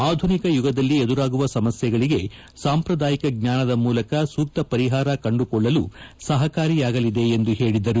ಆಧುನಿಕ ಯುಗದಲ್ಲಿ ಎದುರಾಗುವ ಸಮಸ್ಯೆಗಳಿಗೆ ಸಾಪ್ರದಾಯಿಕ ಜ್ಞಾನದ ಮೂಲಕ ಸೂಕ್ತ ಪರಿಹಾರ ಕಂಡುಕೊಳ್ಳಲು ಸಹಕಾರಿಯಾಗಲಿದೆ ಎಂದು ಹೇಳಿದರು